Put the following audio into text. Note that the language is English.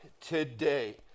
today